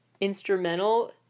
instrumental